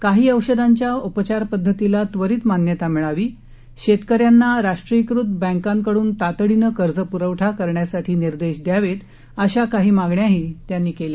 काही औषधांच्या उपचार पद्धतीला त्वरित मान्यता मिळावी शेतकऱ्यांना राष्ट्रीयीकृत बँकांकडून तातडीनं कर्जप्रवठा करण्यासाठी निर्देश द्यावेत अशा काही मागण्याही त्यांनी केल्या